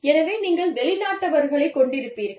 எனவே நீங்கள் வெளிநாட்டவர்களைக் கொண்டிருப்பீர்கள்